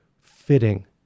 fitting